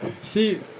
See